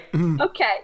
Okay